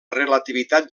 relativitat